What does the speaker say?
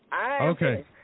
Okay